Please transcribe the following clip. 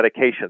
medications